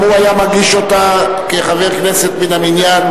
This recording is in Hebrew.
הוא היה מגיש אותה כחבר הכנסת מן המניין,